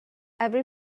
every